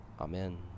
Amen